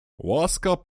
łaska